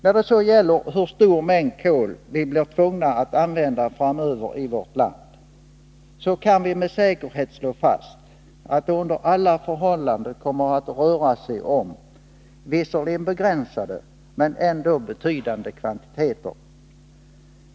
När det gäller den mängd kol som vi blir tvungna att använda framöver i vårt land, kan vi med säkerhet slå fast att det under alla förhållanden kommer att röra sig visserligen om begränsade, men ändå betydande, kvantiteter.